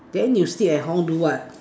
then you sit at home do what